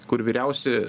kur vyriausi